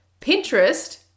Pinterest